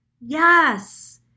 yes